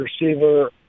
receiver